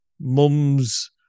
mum's